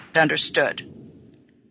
understood